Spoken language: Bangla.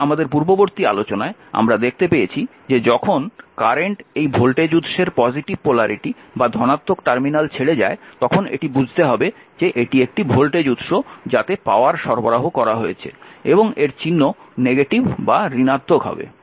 এখন আমাদের পূর্ববর্তী আলোচনায় আমরা দেখতে পেয়েছি যে যখন কারেন্ট এই ভোল্টেজ উৎসের পজিটিভ পোলারিটি বা ধনাত্মক টার্মিনাল ছেড়ে যায় তখন এটি বুঝতে হবে যে এটি একটি ভোল্টেজ উৎস যাতে পাওয়ার সরবরাহ করা হয়েছে এবং এর চিহ্ন নেগেটিভ বা ঋণাত্মক হবে